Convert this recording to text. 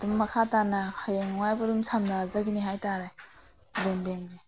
ꯑꯗꯨꯝ ꯃꯈꯥ ꯇꯥꯅ ꯍꯌꯦꯡꯋꯥꯏꯐꯥꯎ ꯁꯝꯅꯖꯒꯤꯅꯤ ꯍꯥꯏꯇꯔꯦ ꯔꯨꯔꯦꯜ ꯕꯦꯡꯁꯦ